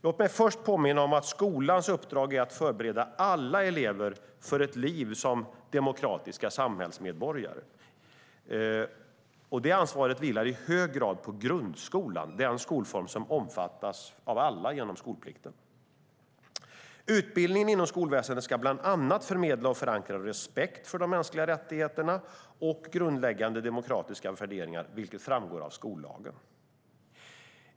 Låt mig först påminna om att skolans uppdrag att förbereda alla elever för ett liv som demokratiska samhällsmedborgare i hög grad vilar på grundskolan, den skolform som omfattar alla genom skolplikten. Utbildningen inom skolväsendet ska bland annat förmedla och förankra respekt för de mänskliga rättigheterna och grundläggande demokratiska värderingar, vilket framgår av skollagen.